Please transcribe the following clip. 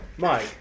Mike